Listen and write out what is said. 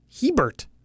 Hebert